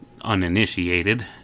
uninitiated